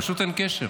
פשוט אין קשר.